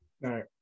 right